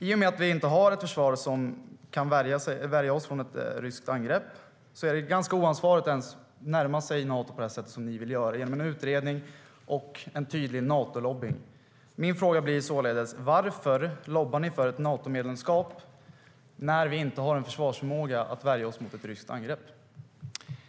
I och med att vi inte har ett försvar så att vi kan värja oss mot ett ryskt angrepp är det ganska oansvarigt att närma sig Nato på det sätt som ni vill göra, genom en utredning och tydlig Natolobbning.